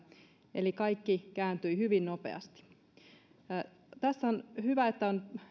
eli kaikki kääntyi hyvin nopeasti tässä on hyvä että on